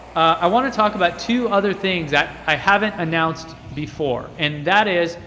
i want to talk about two other things that i haven't announced before. and that is,